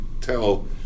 tell